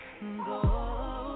go